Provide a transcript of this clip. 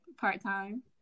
part-time